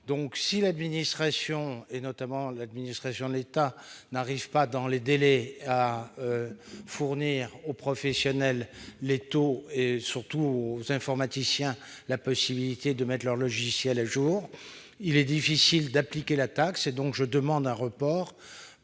taxe. Si l'administration, notamment celle de l'État, n'arrive pas dans les délais à fournir aux professionnels les taux et surtout aux informaticiens la possibilité de mettre leur logiciel à jour, il est difficile d'appliquer la taxe. C'est pourquoi je demande un report